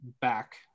back